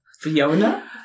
Fiona